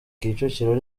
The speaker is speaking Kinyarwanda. kicukiro